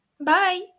bye